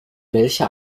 welcher